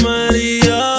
Maria